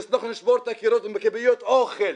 שהצלחנו לשבור את הקיר עם קוביות אוכל.